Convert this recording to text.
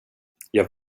jag